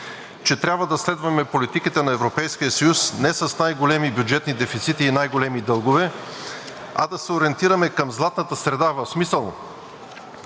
че трябва да следваме политиката на Европейския съюз не с най-големи бюджетни дефицити и най-големи дългове, а да се ориентираме към златната среда, в смисъл